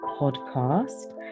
Podcast